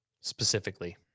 specifically